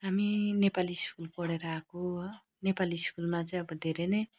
हामी नेपाली स्कुल पढेर आएको हो नेपाली स्कुलमा चाहिँ अब धेरै नै